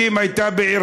יש לך דקה.